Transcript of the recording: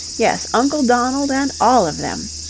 yes, uncle donald and all of them.